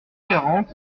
quarante